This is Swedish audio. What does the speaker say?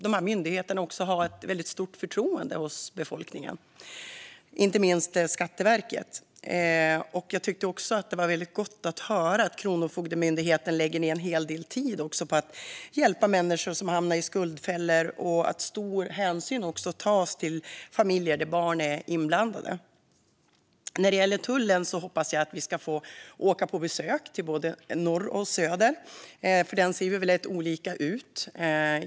Dessa myndigheter har ett väldigt stort förtroende hos befolkningen, inte minst Skatteverket. Jag tyckte också att det var gott att höra att Kronofogdemyndigheten lägger en hel del tid på att hjälpa människor som hamnat i skuldfällor och att stor hänsyn tas till familjer där barn är inblandade. När det gäller Tullverket hoppas jag att vi ska få åka på besök, i både norr och söder, för deras verksamhet ser väldigt olika ut.